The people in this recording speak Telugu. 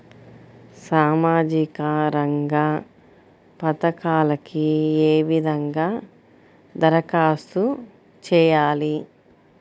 సామాజిక రంగ పథకాలకీ ఏ విధంగా ధరఖాస్తు చేయాలి?